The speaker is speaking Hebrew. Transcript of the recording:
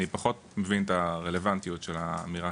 אני פשוט מבין את הרלוונטיות של האמירה